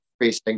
increasing